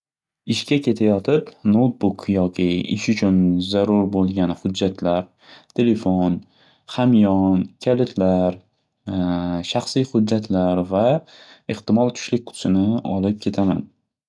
Ishga ketayotib noutbook yoki ish uchun zarur bo'lgan hujjatlar, telefon, hamyon, kalitlar shaxsiy hujjatlar va ehtimol tushlik qutisini olib ketaman.